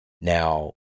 Now